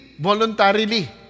Voluntarily